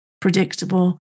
predictable